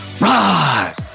rise